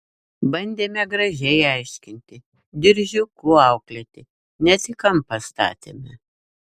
bandėme gražiai aiškinti diržiuku auklėti net į kampą statėme